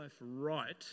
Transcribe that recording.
right